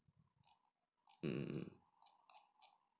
hmm